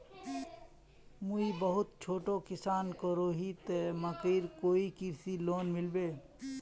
मुई बहुत छोटो किसान करोही ते मकईर कोई कृषि लोन मिलबे?